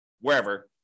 wherever